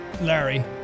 Larry